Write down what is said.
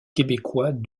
québécois